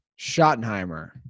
Schottenheimer